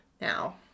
Now